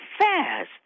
fast